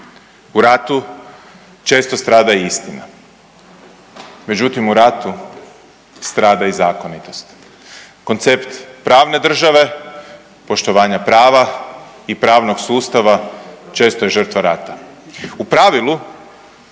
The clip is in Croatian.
u ratu često strada i istina, međutim u ratu strada i zakonitost, koncept pravne države, poštovanja prava i pravnog sustava često je žrtva rata. U pravilu